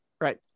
Right